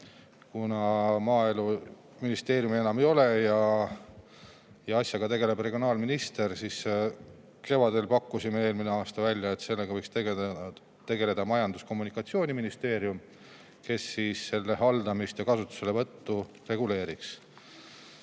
Kuna maaeluministeeriumi enam ei ole ja asjaga tegeleb regionaalminister, siis eelmise aasta kevadel pakkusime välja, et sellega võiks tegeleda Majandus- ja Kommunikatsiooniministeerium, kes selle haldamist ja kasutuselevõttu reguleeriks.